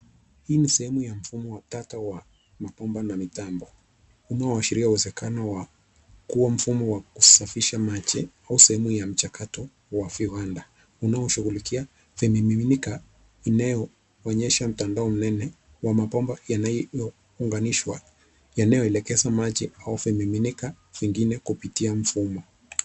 Hii ni sehemu ya mfumo tata wa mabomba na mitambo unaoashiria uwezekano wa kuwa mfumo wa kusafisha maji au sehemu ya mchakato wa viwanda unaoshughulikia vimiminika inayoonyesha mtandao mnene wa mabomba yanayounganishwa yanayoelekeza maji au vimiminika vingine kupitia mfumo.